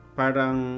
parang